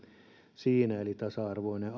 eli tasa arvoinen